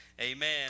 amen